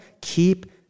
keep